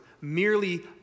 merely